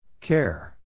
Care